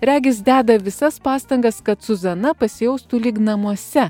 regis deda visas pastangas kad suzana pasijaustų lyg namuose